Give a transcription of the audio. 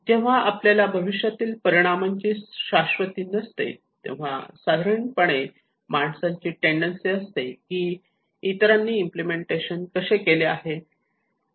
जेव्हा आपल्याला भविष्यातील परिणामांची शाश्वती नसते तेव्हा साधारणपणे माणसाची टेंडन्सी असते की इतरांनी इम्पलेमेंटेशन कसे केले आहे